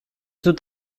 dut